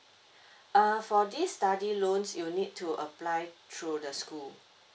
err for this study loans you need to apply through the school